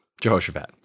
Jehoshaphat